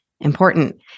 important